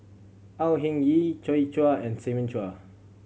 Au Hing Yee Joi Chua and Simon Chua